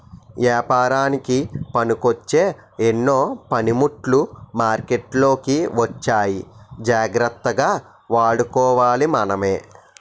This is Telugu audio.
ఏపారానికి పనికొచ్చే ఎన్నో పనిముట్లు మార్కెట్లోకి వచ్చాయి జాగ్రత్తగా వాడుకోవాలి మనమే